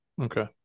Okay